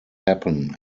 happen